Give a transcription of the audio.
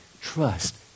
trust